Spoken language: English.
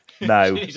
no